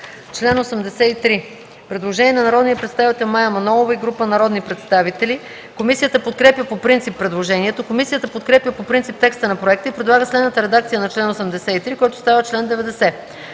Член 98. Предложение на народния представител Мая Манолова и група народни представители. Комисията подкрепя предложението. Комисията подкрепя по принцип текста на проекта и предлага следната редакция на чл. 98, който става чл.